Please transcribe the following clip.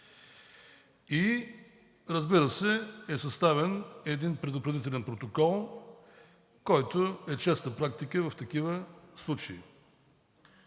И разбира се, е съставен един предупредителен протокол, който е честа практика в такива случаи.